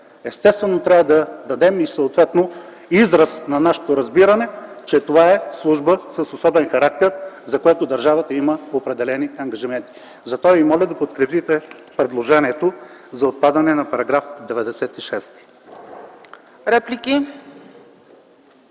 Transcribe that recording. естествено трябва да дадем и съответно израз на нашето разбиране, че това е служба с особен характер, за което държавата има определени ангажименти. Затова ви моля да подкрепите предложението за отпадане на § 96.